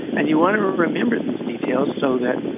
and you want to remember these details, so that,